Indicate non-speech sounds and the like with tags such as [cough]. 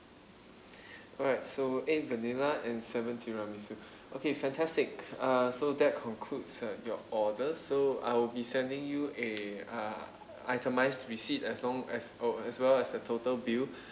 [breath] alright so eight vanilla and seven tiramisu okay fantastic uh so that concludes uh your order so I will be sending you a uh itemized receipt as long as oh as well as the total bill [breath]